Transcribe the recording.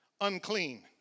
Unclean